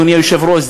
אדוני היושב-ראש,